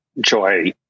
Joy